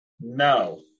No